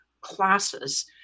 classes